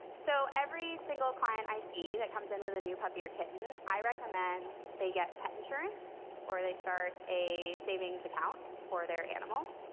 so every single client i see that comes in with a new puppy or kitten, i recommend they get pet insurance or they start a savings account for their animal.